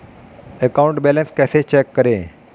Account balance कैसे check करें?